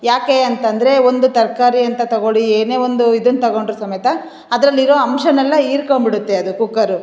ಯಾಕೆ ಅಂತಂದರೆ ಒಂದು ತರಕಾರಿ ಅಂತ ತಗೊಳ್ಳಿ ಏನೇ ಒಂದು ಇದನ್ನು ತಗೊಂಡರೂ ಸಮೇತ ಅದರಲ್ಲಿರೋ ಅಂಶನ್ನೆಲ್ಲ ಹೀರ್ಕೊಂಬಿಡುತ್ತೆ ಅದು ಕುಕ್ಕರು